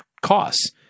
costs